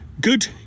Good